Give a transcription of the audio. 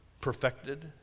perfected